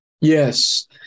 yes